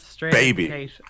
baby